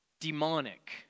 demonic